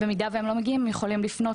ובמידה והם לא מגיעים הם יכולים לפנות